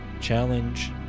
challenge